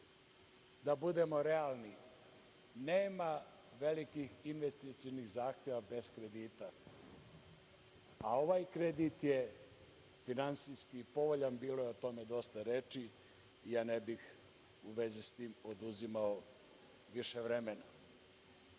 budemo realni – nema velikih investicionih zahteva bez kredita. A ovaj kredit je finansijski povoljan, bilo je o tome dosta reči i ja ne bih u vezi s tim oduzimao više vremena. Sama